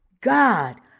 God